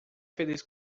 feliz